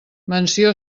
menció